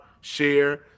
share